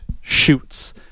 shoots